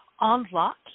unlock